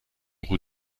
roue